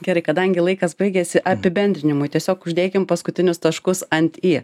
gerai kadangi laikas baigėsi apibendrinimui tiesiog uždėkim paskutinius taškus ant i